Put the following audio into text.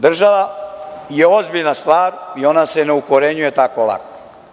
Država je ozbiljna stvar i ona se ne ukorenjuje tako lako.